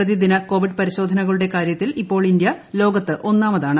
പ്രതിദിന കോവിഡ് പരിശോധന കളുടെ കാര്യത്തിൽ ഇപ്പോൾ ഇന്ത്യ ലോകത്ത് ഒന്നാമതാണ്